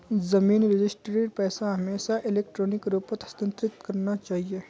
जमीन रजिस्ट्रीर पैसा हमेशा इलेक्ट्रॉनिक रूपत हस्तांतरित करना चाहिए